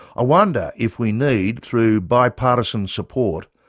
i wonder if we need, through bipartisan support,